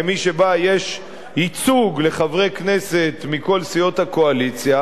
כמי שיש בה ייצוג לחברי כנסת מכל סיעות הקואליציה,